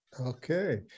Okay